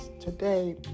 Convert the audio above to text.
today